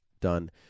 done